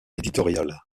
éditorial